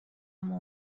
اما